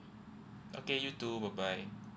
okay you too bye bye